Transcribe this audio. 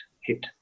hit